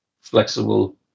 flexible